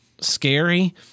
scary